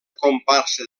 comparsa